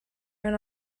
turn